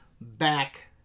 back